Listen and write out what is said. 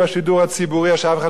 אז שאף אחד לא ידבר על שידור ציבורי.